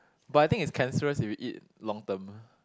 but I think it's cancerous if you eat long term